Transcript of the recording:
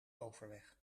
overweg